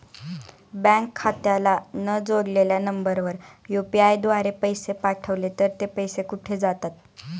Bank खात्याला न जोडलेल्या नंबरवर यु.पी.आय द्वारे पैसे पाठवले तर ते पैसे कुठे जातात?